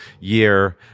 year